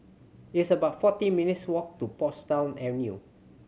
it's about fourteen minutes' walk to Portsdown Avenue